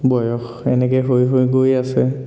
বয়স এনেকৈ হৈ হৈ গৈ আছে